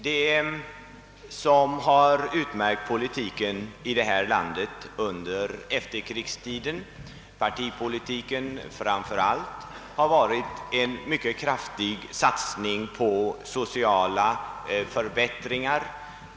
Det som utmärkt politiken i detta land under efterkrigstiden — partipolitiken framför allt — har varit en mycket kraftig satsning på sociala förbättringar.